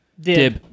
Dib